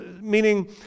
meaning